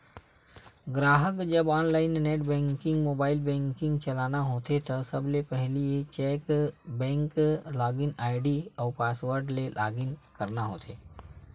गराहक जब online net banking, mobile banking चलाना होथे त सबले पहिली बेंक लॉगिन आईडी अउ पासवर्ड ले लॉगिन करना होथे